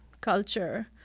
culture